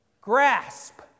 grasp